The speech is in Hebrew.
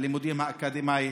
הלימודים האקדמית.